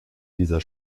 dieser